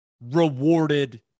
rewarded